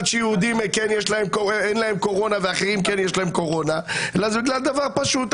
שליהודים אין קורונה ולאחרים יש קורונה אלא זה בגלל דבר פשוט.